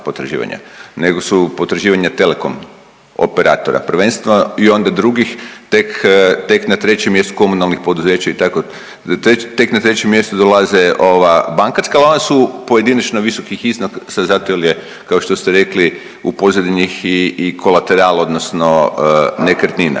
nego su potraživanja Telekom operatora, prvenstveno i onda drugih, tek, tek na 3. mjestu komunalnih poduzeća i tako, tek na 3. mjesto dolaze ova bankarska, al ona su pojedinačno visokih iznosa zato jel je kao što ste rekli u pozadini njih i kolaterala odnosno nekretnina.